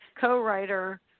co-writer